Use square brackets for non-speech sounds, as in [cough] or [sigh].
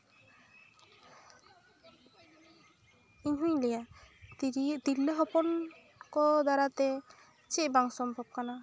ᱤᱧᱦᱚᱹᱧ ᱞᱟᱹᱭᱟ [unintelligible] ᱛᱤᱨᱞᱟᱹ ᱦᱚᱯᱚᱱ ᱠᱚ ᱫᱟᱨᱟᱛᱮ ᱪᱮᱫ ᱵᱟᱝ ᱥᱚᱢᱵᱷᱚᱵ ᱠᱟᱱᱟ